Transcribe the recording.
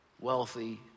wealthy